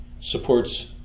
supports